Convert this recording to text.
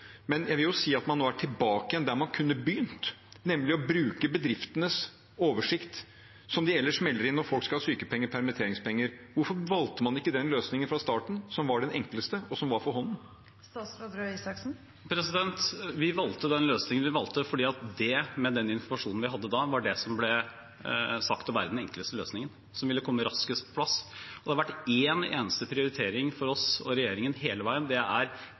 men jeg vil jo si at man nå er tilbake igjen der man kunne begynt, nemlig å bruke bedriftenes oversikt, som de ellers melder inn når folk skal ha sykepenger og permitteringspenger. Hvorfor valgte man ikke den løsningen, som var den enkleste, og som var for hånden, fra starten av? Vi valgte den løsningen vi valgte fordi det, med den informasjonen vi hadde da, var det som ble sagt å være den enkleste løsningen, den som ville komme raskest på plass. Det har vært én eneste prioritering for oss og regjeringen hele veien, og det er,